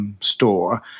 Store